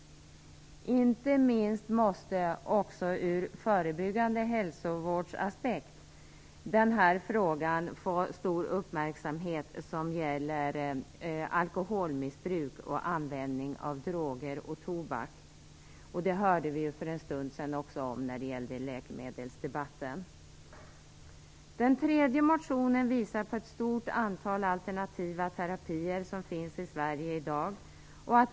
Frågan om alkoholmissbruk och användning av droger och tobak måste, inte minst ur förebyggande hälsovårdsaspekt, få stor uppmärksamhet. Detta hörde vi ju också för en stund sedan när det gällde läkemedelsdebatten. Den tredje motionen visar på ett stort antal alternativa terapier som finns i Sverige i dag.